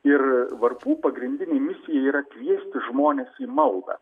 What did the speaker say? ir varpų pagrindinė misija yra kviesti žmones į maldą